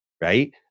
right